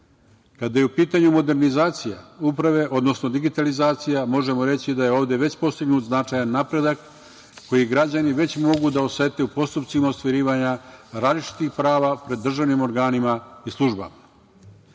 je u pitanju modernizacija uprave, odnosno digitalizacija možemo reći da je ovde već postignut značajan napredak koji građani već mogu da osete u postupcima ostvarivanja različitih prava pred državnim organima i službama.